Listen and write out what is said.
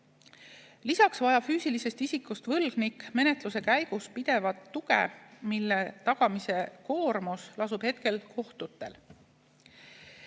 Lisaks vajab füüsilisest isikust võlgnik menetluse käigus pidevat tuge, mille tagamise koormus lasub praegu kohtutel.